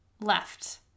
left